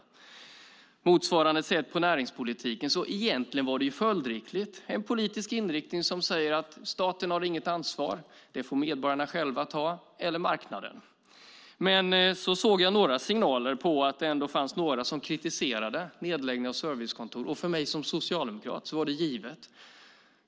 Motsvarande har skett inom näringspolitiken, så egentligen var det följdriktigt: en politisk inriktning som säger att staten inte har något ansvar utan att medborgarna själva eller marknaden får ta det. Men så såg jag några signaler om att det ändå fanns några som kritiserade nedläggningen av servicekontor, och för mig som socialdemokrat var det givet.